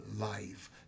life